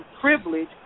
privilege